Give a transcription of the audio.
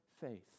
faith